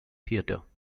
theatre